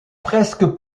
presque